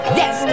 yes